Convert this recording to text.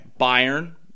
Bayern